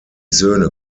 söhne